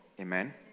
Amen